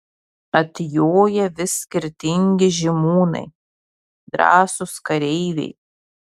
atjoja vis skirtingi žymūnai drąsūs kareiviai